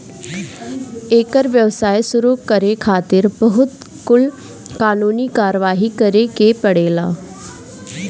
एकर व्यवसाय शुरू करे खातिर बहुत कुल कानूनी कारवाही करे के पड़ेला